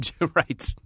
Right